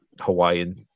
Hawaiian